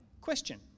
question